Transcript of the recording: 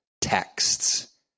texts